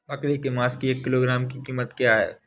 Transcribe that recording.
बकरे के मांस की एक किलोग्राम की कीमत क्या है?